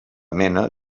mena